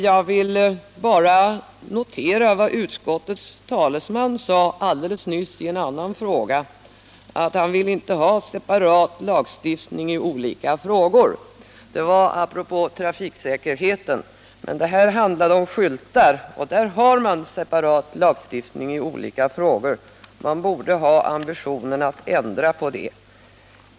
Jag vill bara notera vad utskottets talesman sade alldeles nyss i en annan fråga, nämligen att han inte ville ha separat lagstiftning i olika frågor. Det var apropå trafiksäkerheten. Men detta handlar om skyltar, och där har man separat lagstiftning i olika frågor. Man borde ha ambitionen att ändra på det.